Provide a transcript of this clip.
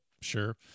sure